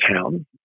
town